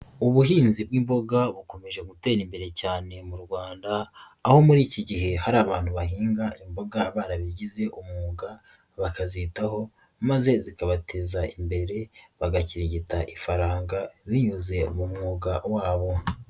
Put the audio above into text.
Ubuhinzi bw'imboga bukomeje gutera imbere cyane mu Rwanda, aho muri iki gihe hari abantu bahinga imboga barabigize umwuga, bakazitaho maze zikabateza imbere, bagakirigita ifaranga, binyuze mu mwuga wabo.